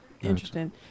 Interesting